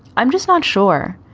i'm just not sure.